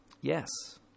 Yes